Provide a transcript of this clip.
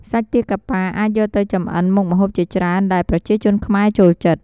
សាច់ទាកាប៉ាអាចយកទៅចម្អិនមុខម្ហូបជាច្រើនដែលប្រជាជនខ្មែរចូលចិត្ត។